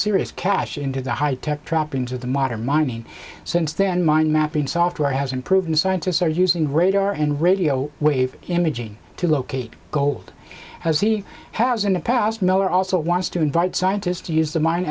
serious cash into the high tech trappings of the mater mining since then mind mapping software has improved and scientists are using radar and radio wave imaging to locate gold as he has in the past miller also wants to invite scientists to use the min